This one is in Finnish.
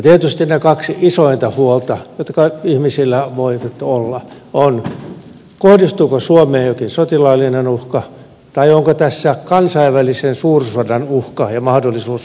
tietysti ne kaksi isointa huolta jotka ihmisillä voivat nyt olla ovat kohdistuuko suomeen jokin sotilaallinen uhka tai onko tässä kansainvälisen suursodan uhka ja mahdollisuus olemassa